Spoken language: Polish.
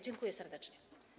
Dziękuję serdecznie.